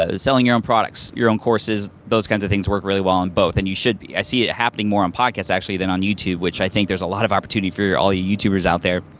ah selling your own products, your own courses, those kinds of things work really well on both. and you should be, i see it happening more on podcasts actually than on youtube, which i think there is a lot of opportunity for all you youtubers out there.